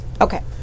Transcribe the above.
Okay